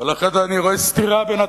ולכן אני רואה סתירה בין הדברים.